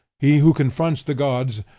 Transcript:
he who confronts the gods,